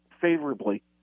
favorably